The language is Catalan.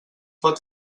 pot